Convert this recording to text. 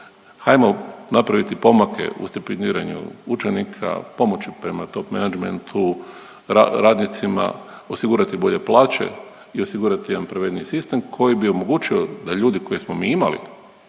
Ajmo napraviti pomake u stipendiranju učenika, pomoći prema top menadžmentu, radnicima osigurati bolje plaće i osigurati jedan pravedniji sistem koji bi omogućio da ljudi koje smo mi imali,